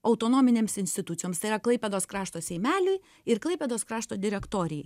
autonominėms institucijoms tai yra klaipėdos krašto seimeliui ir klaipėdos krašto direktorijai